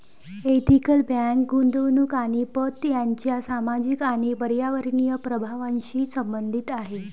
ethical bank गुंतवणूक आणि पत यांच्या सामाजिक आणि पर्यावरणीय प्रभावांशी संबंधित आहे